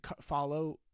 follow